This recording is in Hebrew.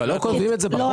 במקרה הטוב.